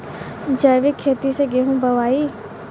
जैविक खेती से गेहूँ बोवाई